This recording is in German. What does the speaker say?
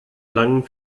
langen